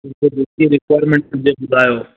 त जेकी रिक्वायरमेंट हुजे ॿुधायो